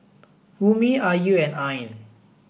Ummi Ayu and Ain